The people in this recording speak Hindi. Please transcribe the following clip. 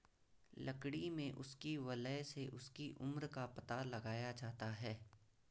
लकड़ी में उसकी वलय से उसकी उम्र का पता लगाया जाता है